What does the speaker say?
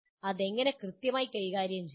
അത് എങ്ങനെ കൃത്യമായി കൈകാര്യം ചെയ്യാം